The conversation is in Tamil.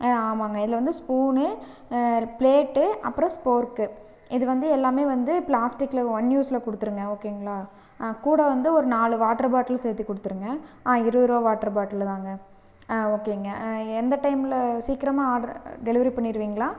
ஆ ஆமாங்க இதில் வந்து ஸ்பூனு பிளேட்டு அப்புறம் ஸ்போர்க்கு இதுவந்து எல்லாமே வந்து பிளாஸ்டிக்கில் ஒன் யூஸில் கொடுத்துருங்க ஓகேங்களா ஆ கூட வந்து ஒரு நாலு வாட்டர் பாட்டில் சேர்த்து கொடுத்துருங்க ஆ இருபது ரூபா வாட்டர் பாட்டிலு தாங்க ஆ ஓகேங்க எந்த டைமில் சீக்கிரமாக ஆர்டரு டெலிவரி பண்ணிடுவீங்களா